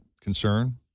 concern